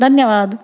धन्यवाद